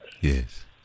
Yes